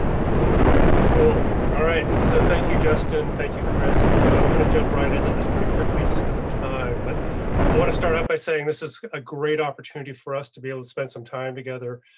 we do cool alright, so thank you justin. thank you chris. so i'm gonna jump right into this pretty quickly. just cause of time but i want to start out by saying this is a great opportunity for us to be able to spend some time together.